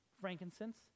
frankincense